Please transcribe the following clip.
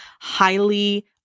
highly